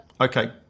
Okay